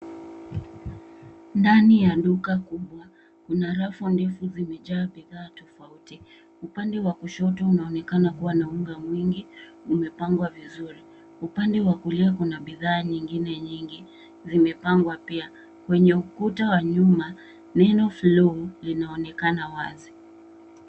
Ndani ya duka kubwa, kuna rafu ndefu zimejaa bidhaa tofauti. Upande wa kushoto unaonekana kuwa na unga mwingi umepangwa vizuri. Upande wa kulia kuna bidhaa nyingine nyingi zimepangwa pia. Kwenye ukuta wa nyuma, neno Flo linaonekana wazi.